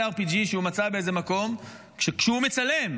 אר.פי.ג'י שהוא מצא באיזה מקום וכשהוא מצלם,